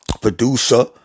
producer